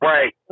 Right